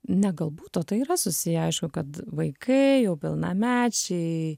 ne galbūt o tai yra susiję aišku kad vaikai jau pilnamečiai